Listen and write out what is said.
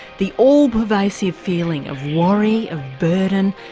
the all-pervasive feeling of worry, of burden,